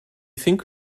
think